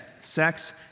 sex